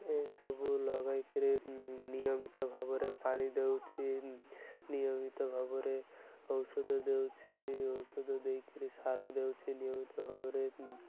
ଏସବୁ ଲଗାଇ କରି ନିୟମିତ ଭାବରେ ପାଣି ଦେଉଛି ନିୟମିତ ଭାବରେ ଔଷଧ ଦେଉଛି ଔଷଧ ଦେଇ କରି ସାର ଦେଉଛି ନିୟମିତ ଭାବରେ